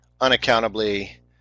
unaccountably